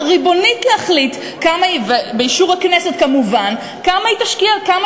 מוקדם: החל בהצעת חוק מס' פ/2351/19 וכלה בהצעת חוק מס' פ/2419/19,